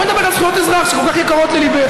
בואי נדבר על זכויות אזרח, שכל כך יקרות לליבך.